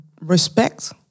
respect